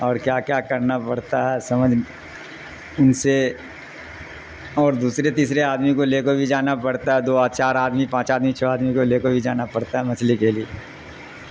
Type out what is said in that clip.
اور کیا کیا کرنا پڑتا ہے سمجھ ان سے اور دوسرے تیسرے آدمی کو لے کو بھی جانا پڑتا ہے دو چار آدمی پانچ آدمی چھ آدمی کو لے کو بھی جانا پڑتا ہے مچھلی کے لیے